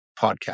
podcast